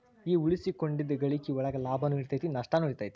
ಈ ಉಳಿಸಿಕೊಂಡಿದ್ದ್ ಗಳಿಕಿ ಒಳಗ ಲಾಭನೂ ಇರತೈತಿ ನಸ್ಟನು ಇರತೈತಿ